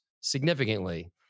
significantly